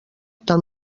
tant